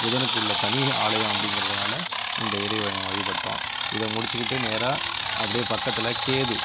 புதனுக்குள்ள தனி ஆலயம் அப்டிங்கிறதுனால இந்த இறைவனை வழிபட்டோம் இதை முடித்துக்கிட்டு நேராக அப்படியே பக்கத்தில் கேது